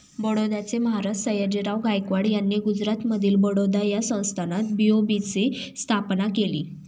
बडोद्याचे महाराज सयाजीराव गायकवाड यांनी गुजरातमधील बडोदा या संस्थानात बी.ओ.बी ची स्थापना केली